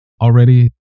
already